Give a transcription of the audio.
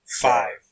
Five